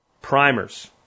Primers